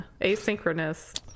asynchronous